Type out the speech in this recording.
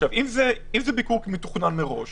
זה ביקור מתוכנן מראש